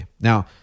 Now